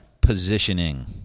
positioning